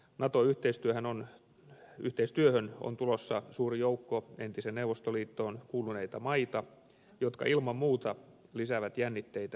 nato yhteistyöhön on tulossa suuri joukko entiseen neuvostoliittoon kuuluneita maita jotka ilman muuta lisäävät jännitteitä venäjän suuntaan